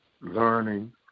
learning